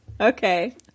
Okay